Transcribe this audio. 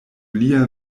lia